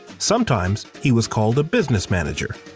sometimes, he was called the business manager.